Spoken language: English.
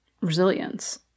resilience